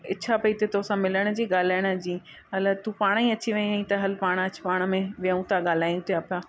इच्छा पेई थिए तो सां मिलण जी ॻाल्हाइण जी हल अॼु तूं पाणि ई अची वेई आहीं त हल पाणि अचु पाण में वियूं था ॻाल्हायूं था पिया